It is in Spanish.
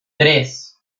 tres